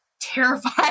terrified